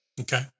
Okay